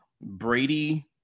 Brady